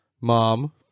mom